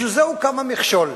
בשביל זה הוקם המכשול.